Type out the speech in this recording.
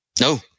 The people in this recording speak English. No